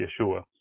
yeshua